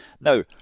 Now